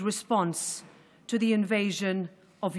ואני יכולה להתחייב שממנה לא ניסוג.